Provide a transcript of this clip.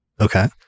Okay